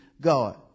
God